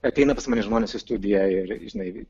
ateina pas mane žmonės į studiją ir žinai